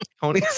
Tony